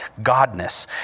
godness